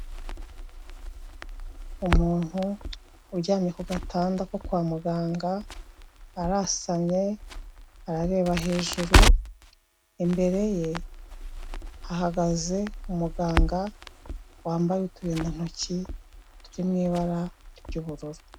Umuntu uryamye ku gatanda ko kwa muganga arasamye arareba hejuru imbere ye hahagaze umuganga wambaye uturindantoki turi mu ibara ry'ubururu.